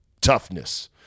Toughness